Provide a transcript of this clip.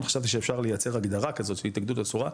חשבתי שאפשר לייצר הגדרה כזאת והתאגדות אסורה,